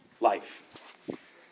life